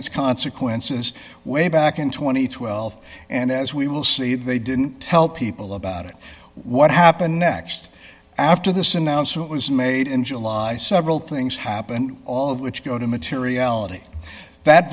its consequences way back in two thousand and twelve and as we will see they didn't tell people about it what happened next after this announcement was made in july several things happened all of which go to materiality that